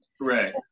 Right